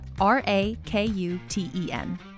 R-A-K-U-T-E-N